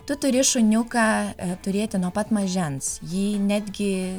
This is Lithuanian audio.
tu turi šuniuką turėti nuo pat mažens jį netgi